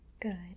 good